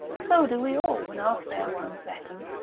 so do we all when our fair ones beckon.